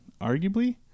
arguably